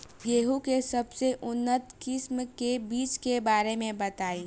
गेहूँ के सबसे उन्नत किस्म के बिज के बारे में बताई?